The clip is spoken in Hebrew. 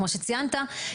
כמו שציינת,